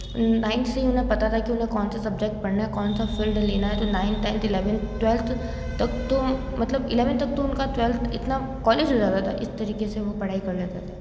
ninth से ही उन्हें पता होता था कि उन्हें क्या पढ़ना है और कौन सा फ़िल्ड लेना है नाइंथ टेंथ इलेवंथ ट्वेल्थ तक तो मतलब इलेवंथ तक तो ट्वेल्थ इतना कॉलेज हो जाता था इस तरीके से वह पढ़ाई कर रहे थे